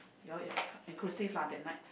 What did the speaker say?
you all is inclusive lah that night